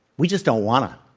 we just don't want to.